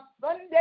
Sunday